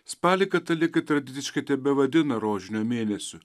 spalį katalikai tradiciškai tebevadina rožinio mėnesiu